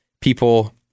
people